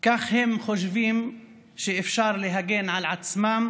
כך הם חושבים שאפשר להגן על עצמם